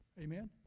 Amen